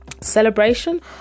celebration